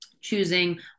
choosing